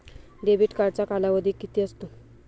Debit कार्डचा कालावधी किती असतो?